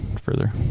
further